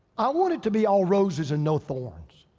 i want it to be all roses and no thorns.